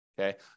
Okay